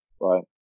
Right